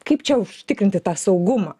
kaip čia užtikrinti tą saugumą